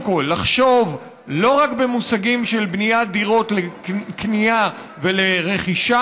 כול לחשוב לא רק במושגים של בניית דירות לקנייה ולרכישה